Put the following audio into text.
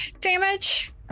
damage